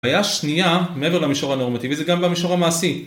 היה שנייה מעבר למישור הנורמטיבי, זה גם במישור המעשי.